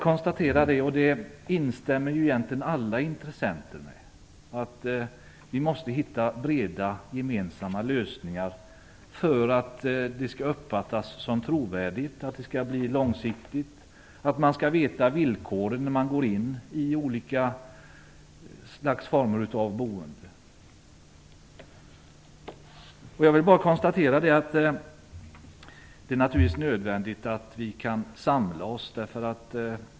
Egentligen instämmer alla intressenter i att vi måste hitta breda gemensamma lösningar, detta för att vi skall uppfattas som trovärdiga, för att besluten skall bli långsiktiga och man skall veta villkoren när man går in i olika boendeformer. Det är naturligtvis nödvändigt att vi kan samla oss.